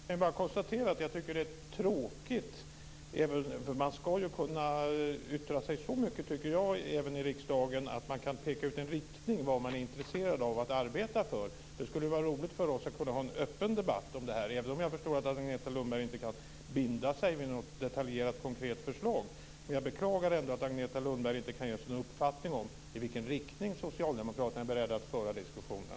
Fru talman! Jag tycker att det är tråkigt. Även i riksdagen ska man väl kunna yttra sig så mycket att man kan peka ut i vilken riktning man är intresserad av att arbeta. Det skulle vara roligt om vi kunde föra en öppen debatt om det här, även om jag förstår att Agneta Lundberg inte kan binda sig vid något detaljerat, konkret förslag. Jag beklagar dock att hon inte kan ge oss en uppfattning om i vilken riktning socialdemokraterna är beredda att föra diskussionen.